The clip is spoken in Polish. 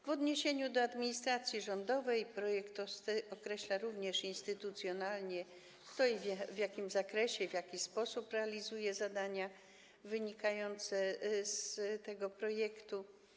W odniesieniu do administracji rządowej projekt określa również instytucjonalnie, kto i w jakim zakresie, w jaki sposób realizuje zadania wynikające z tego projektu.